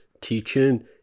teaching